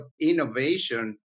innovation